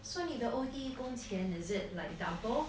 so 你的 O_T 工钱 is it like double